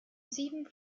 sieben